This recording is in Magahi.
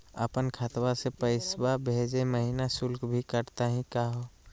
अपन खतवा से पैसवा भेजै महिना शुल्क भी कटतही का हो?